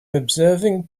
observing